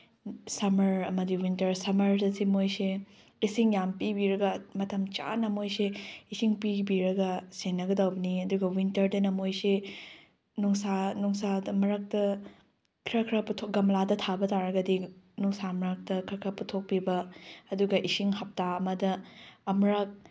ꯁꯃꯔ ꯑꯃꯗꯤ ꯋꯤꯟꯇꯔ ꯁꯃꯔꯗꯗꯤ ꯃꯣꯏꯁꯦ ꯏꯁꯤꯡ ꯌꯥꯝ ꯄꯤꯕꯤꯔꯒ ꯃꯇꯝ ꯆꯥꯅ ꯃꯣꯏꯁꯦ ꯏꯁꯤꯡ ꯄꯤꯕꯤꯔꯒ ꯁꯦꯟꯅꯒꯗꯧꯕꯅꯤ ꯑꯗꯨꯒ ꯋꯤꯟꯇꯔꯗꯅ ꯃꯣꯏꯁꯤ ꯅꯨꯡꯁꯥ ꯅꯨꯡꯁꯥꯗ ꯃꯔꯛꯇ ꯈꯔ ꯈꯔ ꯒꯝꯂꯥꯗ ꯊꯥꯕ ꯇꯥꯔꯒꯗꯤ ꯅꯨꯡꯁꯥ ꯃꯔꯛꯇ ꯈꯔ ꯈꯔ ꯄꯨꯊꯣꯛꯄꯤꯕ ꯑꯗꯨꯒ ꯏꯁꯤꯡ ꯍꯞꯇꯥ ꯑꯃꯗ ꯑꯃꯔꯛ